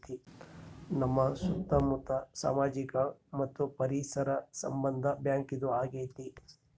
ನಮ್ ಸುತ್ತ ಮುತ್ತ ಸಾಮಾಜಿಕ ಮತ್ತು ಪರಿಸರ ಸಂಬಂಧ ಬ್ಯಾಂಕ್ ಇದು ಆಗೈತೆ